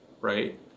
right